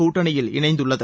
கூட்டணியில் இணைந்துள்ளது